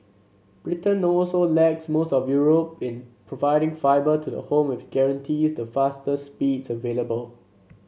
Britain also lags most of Europe in providing fibre to the home which guarantees the fastest speeds available